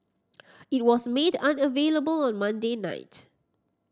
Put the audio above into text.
it was made unavailable on Monday night